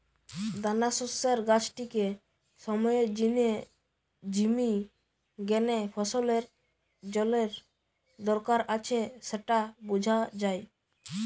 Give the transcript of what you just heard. দানাশস্যের গাছটিকে সময়ের জিনে ঝিমি গ্যানে ফসলের জলের দরকার আছে স্যাটা বুঝা যায়